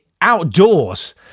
outdoors